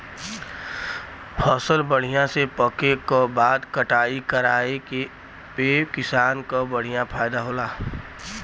फसल बढ़िया से पके क बाद कटाई कराये पे किसान क बढ़िया फयदा होला